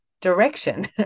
direction